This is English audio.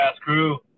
crew